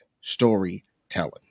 storytelling